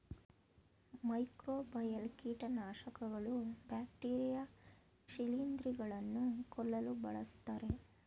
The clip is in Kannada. ಮೈಕ್ರೋಬಯಲ್ ಕೀಟನಾಶಕಗಳು ಬ್ಯಾಕ್ಟೀರಿಯಾ ಶಿಲಿಂದ್ರ ಗಳನ್ನು ಕೊಲ್ಲಲು ಬಳ್ಸತ್ತರೆ